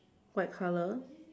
white color